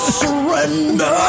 surrender